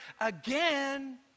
again